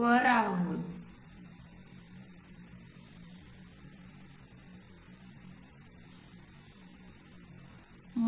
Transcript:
वर आहोत